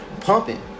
pumping